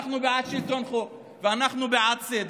אנחנו בעד שלטון חוק ואנחנו בעד סדר,